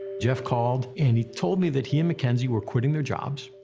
jeff called, and he told me that he and mackenzie were quitting their jobs,